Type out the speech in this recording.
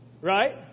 Right